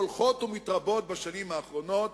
שהולכות ומתרבות בשנים האחרונות,